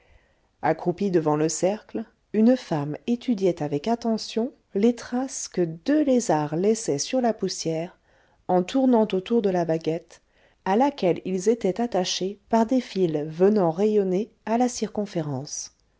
accroupie devant le cercle une femme étudiait avec attention les traces que deux lézards laissaient sur la poussière en tournant autour de la baguette à laquelle ils étaient attachés par des fils venant rayonner à la circonférence